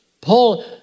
Paul